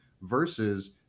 versus